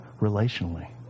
Relationally